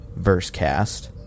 versecast